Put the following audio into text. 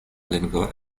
lingvo